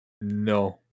No